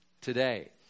today